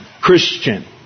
Christian